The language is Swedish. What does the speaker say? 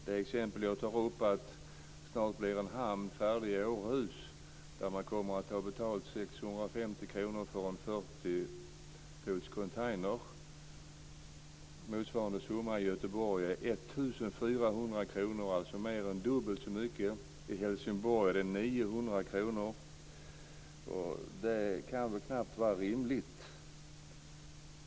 Det exempel jag tar upp är att en hamn snart blir färdig i Århus där man kommer att ta 650 kr betalt för en 40 fots container. Motsvarande avgift i Göteborg är 1 400 kr, alltså mer än dubbelt så mycket. I Helsingborg är den 900 kr. Det kan knappt vara rimligt.